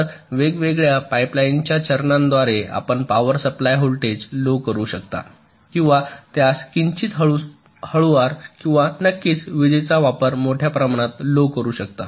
तर वेगळ्या पाइपलाइनच्या चरणांद्वारे आपण पॉवर सप्लाय व्होल्टेज लो करू शकता आणि त्यास किंचित हळुवार आणि नक्कीच विजेचा वापर मोठ्या प्रमाणात लो करू शकता